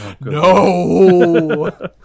No